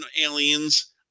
aliens